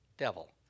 devil